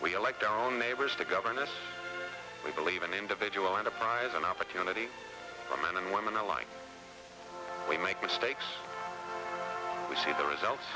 we elect our own neighbors to govern us we believe in individual and apprise an opportunity for men and women alike we make mistakes we see the results